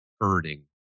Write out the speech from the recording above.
hurting